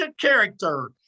Character